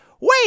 wait